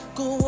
go